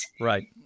Right